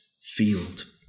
field